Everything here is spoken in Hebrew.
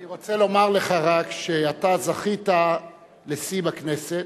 אני רק רוצה לומר לך, שאתה זכית לשיא בכנסת,